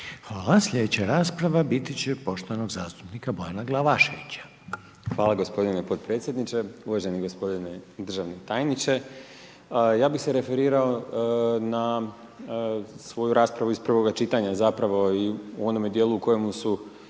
(HDZ)** Sljedeća rasprava biti će poštovanog zastupnika Bojana Glavaševića. **Glavašević, Bojan (Nezavisni)** Hvala gospodine potpredsjedniče. Uvaženi gospodine državni tajniče, ja bih se referirao na svoju raspravu iz prvoga čitanja. Zapravo u onome dijelu u kojemu su